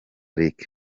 rick